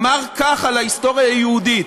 אמר כך על ההיסטוריה היהודית: